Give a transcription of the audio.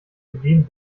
begeben